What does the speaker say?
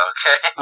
Okay